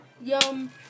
yum